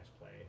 play